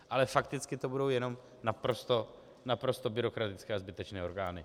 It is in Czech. Ale fakticky to budou jenom naprosto byrokratické a zbytečné orgány.